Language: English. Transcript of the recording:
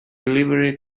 delivery